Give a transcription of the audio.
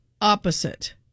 opposite